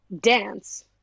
Dance